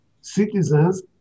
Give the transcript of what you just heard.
citizens